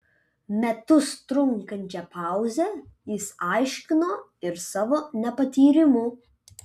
metus trunkančią pauzę jis aiškino ir savo nepatyrimu